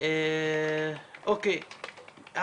אני חושב שצריך מוקד עם מייל ועם טלפון,